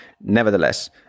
nevertheless